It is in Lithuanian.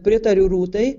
pritariu rūtai